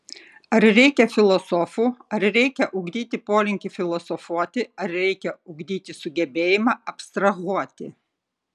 ar reikia filosofų ar reikia ugdyti polinkį filosofuoti ar reikia ugdyti sugebėjimą abstrahuoti